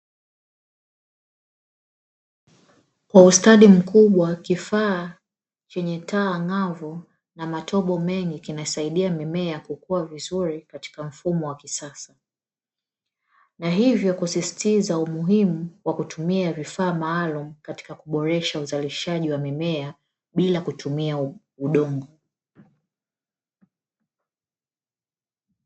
Kwa ustadi mkubwa kifaa chenye taa ang'avu na matobo mengi kinasaidia mimea kukua vizuri katika mfumo wa kisasa, na hivyo kusisitiza umuhimu wa kutumia vifaa maalumu katika kuboresha uzalishaji wa mimea bila kutumia udongo.